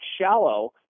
shallow